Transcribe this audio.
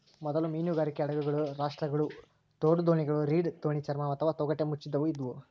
ಮೊದಲ ಮೀನುಗಾರಿಕೆ ಹಡಗುಗಳು ರಾಪ್ಟ್ಗಳು ತೋಡುದೋಣಿಗಳು ರೀಡ್ ದೋಣಿ ಚರ್ಮ ಅಥವಾ ತೊಗಟೆ ಮುಚ್ಚಿದವು ಇದ್ವು